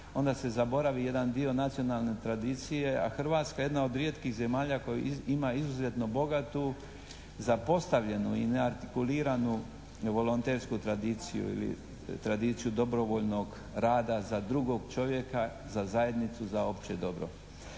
onda se zaboravi jedan dio nacionalne tradicije, a Hrvatska je jedna od rijetkih zemalja koja ima izuzetno bogatu zapostavljenu i neartikuliranu volontersku tradiciju ili tradiciju dobrovoljnog rada za drugog čovjeka, za zajednicu, za opće dobro.